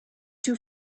too